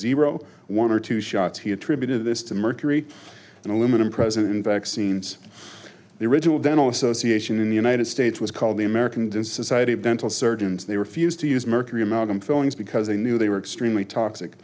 zero one or two shots he attributed this to mercury and aluminum present in vaccines the original dental association in the united states was called the american to society of dental surgeons they refused to use mercury amalgam fillings because they knew they were extremely toxic